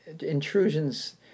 Intrusions